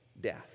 death